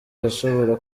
yashobora